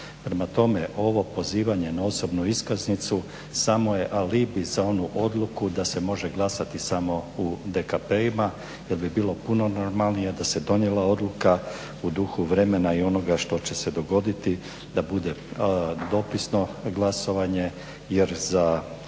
Prema tome, ovo pozivanje na osobnu iskaznicu samo je alibi za onu odluku da se može glasati samo u DKP-ima jer bi bilo puno normalnije da se donijela odluka u duhu vremena i onoga što će se dogoditi da bude dopisno glasovanje. Jer za